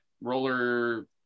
roller